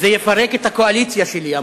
זה יפרק את הקואליציה שלי.